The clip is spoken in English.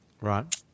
Right